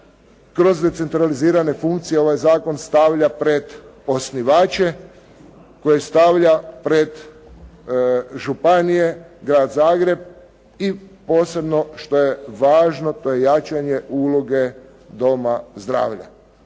kroz decentralizirane funkcije ovaj zakon stavlja pred osnivače, koje stavlja pred županije, Grad Zagreb i posebno što je važno to je jačanje uloge doma zdravlja.